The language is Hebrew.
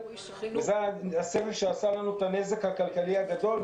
זה הסבב שעשה לנו את הנזק הכלכלי הגדול.